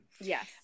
Yes